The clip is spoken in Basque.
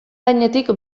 gainetik